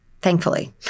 Thankfully